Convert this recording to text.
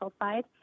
side